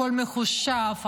הכול מחושב,